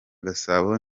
gasabo